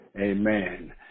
Amen